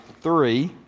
three